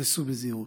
וסעו בזהירות.